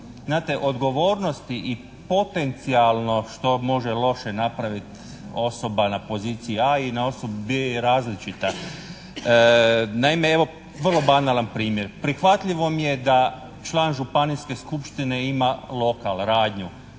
odgovornosti i potencijalno što može loše napraviti osoba na poziciji a) i na b) je različita. Naime evo vrlo banalan primjer. Prihvatljivo mi je da član županijske skupštine ima lokal, radnju,